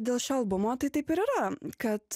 dėl šio albumo tai taip ir yra kad